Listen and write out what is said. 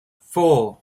four